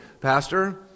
Pastor